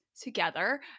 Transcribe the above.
together